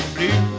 Blue